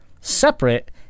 separate